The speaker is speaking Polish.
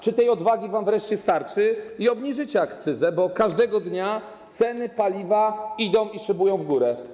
Czy tej odwagi wam wreszcie starczy i obniżycie akcyzę, bo każdego dnia ceny paliwa idą, szybują w górę.